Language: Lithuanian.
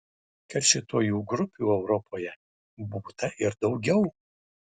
keršytojų grupių europoje būta ir daugiau